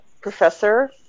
professor